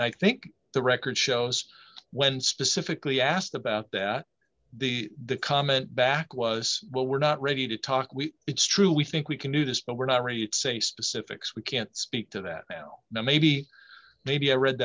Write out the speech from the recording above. i think the record shows when specifically asked about that the the comment back was well we're not ready to talk we it's true we think we can do this but we're not really it's a specifics we can't speak to that now maybe maybe i read